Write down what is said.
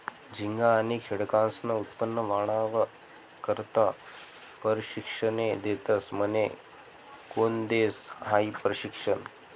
झिंगा आनी खेकडास्नं उत्पन्न वाढावा करता परशिक्षने देतस म्हने? कोन देस हायी परशिक्षन?